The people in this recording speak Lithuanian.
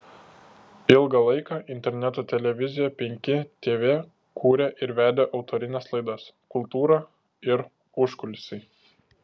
ilgą laiką interneto televizijoje penki tv kūrė ir vedė autorines laidas kultūra ir užkulisiai